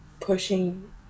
pushing